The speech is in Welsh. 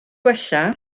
gwella